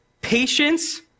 patience